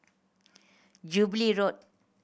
Jubilee Road